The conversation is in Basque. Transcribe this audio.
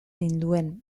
ninduen